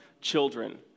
children